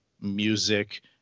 music